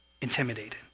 intimidated